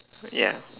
ya